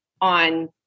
on